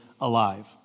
alive